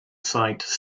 site